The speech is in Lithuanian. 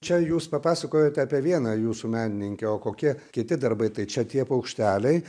čia jūs papasakojot apie vieną jūsų menininkę o kokie kiti darbai tai čia tie paukšteliai